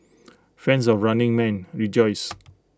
fans of running man rejoice